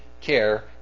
care